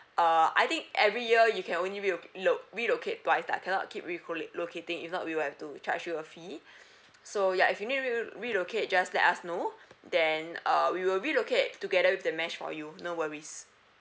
uh I think every year you can only relo~ lo~ relocate twice lah cannot keep recola~ locating if not we will have to charge you a fee so ya if you need to relocate just let us know then uh we will relocate together with the mesh for you no worries